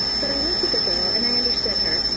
but i looked at the girl, and i understood her.